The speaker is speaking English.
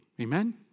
Amen